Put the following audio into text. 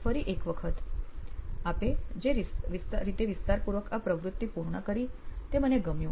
ફરી એક વખત આપે જે રીતે વિસ્તારપૂર્વક આ પ્રવૃત્તિ પૂર્ણ કરી તે મને ગમ્યું